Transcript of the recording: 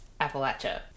Appalachia